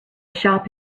shop